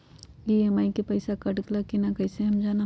EMI के पईसा cut गेलक कि ना कइसे हम जानब?